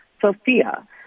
Sophia